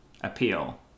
appeal